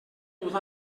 tot